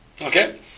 Okay